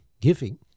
giving